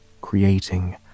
creating